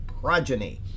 progeny